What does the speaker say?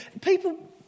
People